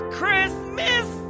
christmas